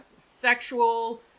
sexual